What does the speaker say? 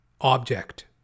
object